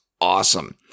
awesome